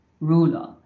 ruler